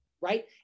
right